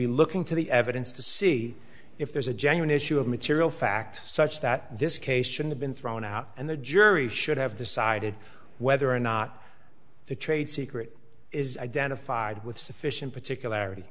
be looking to the evidence to see if there's a genuine issue of material fact such that this case should've been thrown out and the jury should have decided whether or not the trade secret is identified with sufficient particular